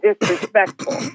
disrespectful